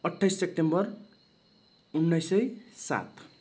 अट्ठाइस सेप्टेम्बर उन्नाइस सय सात